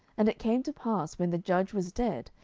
and it came to pass, when the judge was dead,